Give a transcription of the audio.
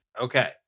Okay